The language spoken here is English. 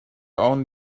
own